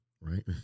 right